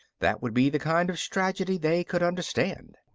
that would be the kind of strategy they could understand.